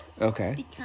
Okay